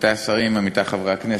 עמיתי השרים, עמיתי חברי הכנסת,